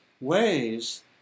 ways